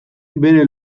bere